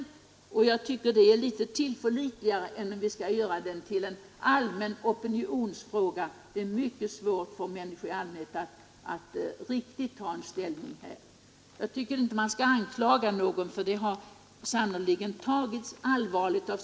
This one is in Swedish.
Socialstyrelsens avgörande är tillförlitligare än att göra det hela till en allmänhetens opinionsfråga. Allmänheten har mycket svårt att ta ställning. Man skall inte anklaga socialstyrelsen för att inte ha tagit nog allvarligt på frågan.